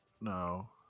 No